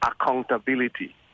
accountability